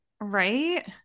right